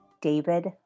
David